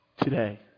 today